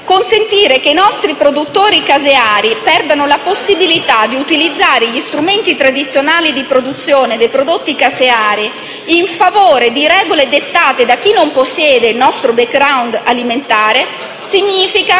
consentire che i nostri produttori caseari perdano la possibilità di utilizzare gli strumenti tradizionali di produzione dei prodotti caseari in favore di regole dettate da chi non possiede il nostro *background* alimentare, significa